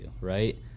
right